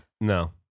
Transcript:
No